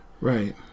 Right